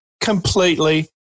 completely